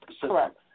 Correct